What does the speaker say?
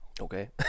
Okay